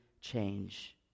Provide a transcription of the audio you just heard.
change